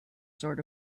sort